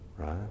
right